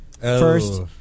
first